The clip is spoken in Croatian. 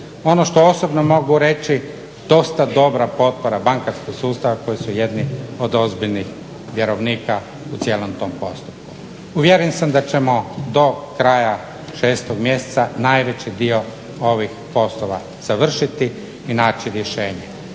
Ono što osobno mogu reći dosta dobra potpora bankarskog sustava koji su jedni od ozbiljnih vjerovnika u cijelom tom postupku. Uvjeren sam da ćemo do kraja 6. mjeseca najveći dio ovih poslova završiti i naći rješenje.